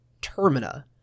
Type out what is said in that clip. Termina